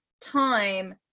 time